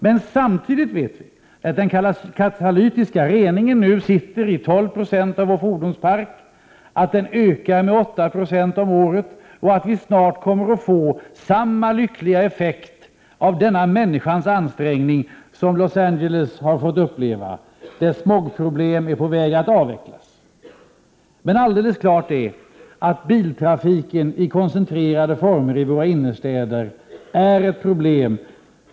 Men samtidigt vet vi att den katalytiska reningen nu sitter i 12 96 av vår fordonspark, att den ökar med 8 20 om året och att vi snart kommer att få samma lyckliga effekt av denna människans ansträngning som Los Angeles har fått uppleva, där smogproblemen är på väg att avvecklas. Alldeles klart är emellertid att biltrafiken i koncentrerade former i våra innerstäder är ett problem.